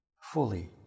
fully